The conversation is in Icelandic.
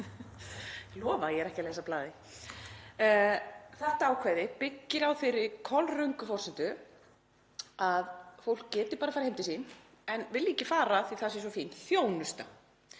lofa að ég er ekki að lesa af blaði. Þetta ákvæði byggir á þeirri kolröngu forsendu að fólk geti bara farið heim til sín en vilji ekki fara af því að það sé svo fín þjónusta